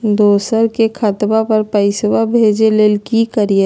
दोसर के खतवा पर पैसवा भेजे ले कि करिए?